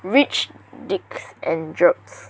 rich dicks and jerks